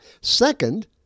Second